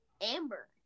Amber